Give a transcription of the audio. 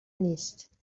نیست